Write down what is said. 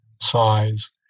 size